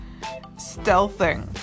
Stealthing